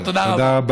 תודה.